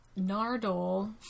Nardole